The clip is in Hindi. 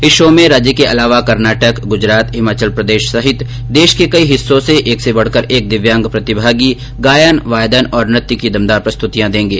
इस शो में राज्य के अलावा कर्नाटक ग्रजरात हिमाचल प्रदेश सहित देश के कई हिस्सों से एक से बढकर एक दिव्यांग प्रतिमागी गायन वादन और नृत्य की दमदार प्रस्तुतियां देगें